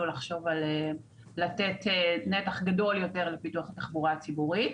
לחשוב על לתת נתח גדול יותר לפיתוח התחבורה הציבורית.